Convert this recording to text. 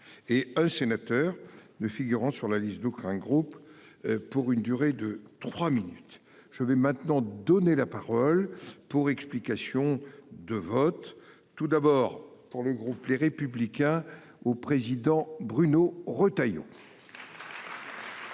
Et un sénateur ne figurant sur la liste d'aucun groupe. Pour une durée de 3 minutes je vais maintenant donner la parole pour explication de vote tout d'abord pour le groupe les républicains au président Bruno Retailleau. À Cessieux.